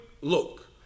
look